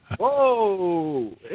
Whoa